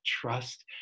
trust